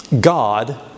god